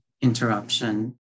interruption